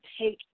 take